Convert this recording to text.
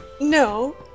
No